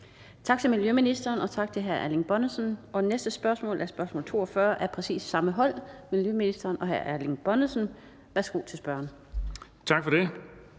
Tak til miljøministeren, og tak til hr. Erling Bonnesen. Det næste spørgsmål er spørgsmål 42 med præcis samme hold, miljøministeren og hr. Erling Bonnesen. Kl. 17:06 Spm. nr.